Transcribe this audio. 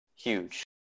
Huge